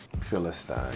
Philistine